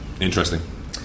interesting